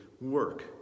work